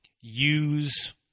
use